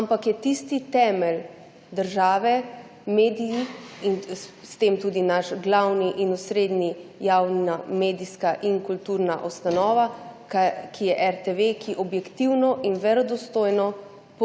ampak je tisti temelj države – mediji in s tem tudi naš glavni in osrednji, javna medijska in kulturna ustanova RTV – ki objektivno in verodostojno